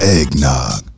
Eggnog